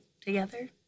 together